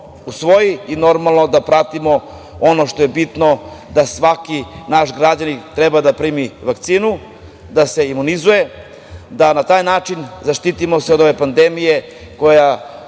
i, normalno, da pratimo ono što je bitno, da svaki naš građanin treba da primi vakcinu, da se imunizuje, da se na taj način zaštitimo od ove pandemije koja